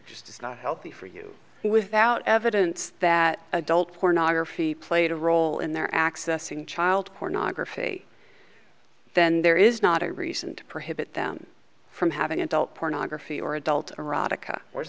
just is not healthy for you without evidence that adult pornography played a role in their accessing child pornography then there is not a reason to prohibit them from having adult pornography or adult erotica